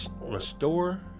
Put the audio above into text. Restore